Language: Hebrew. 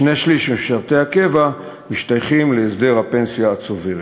שני-שלישים ממשרתי הקבע משתייכים להסדר הפנסיה הצוברת.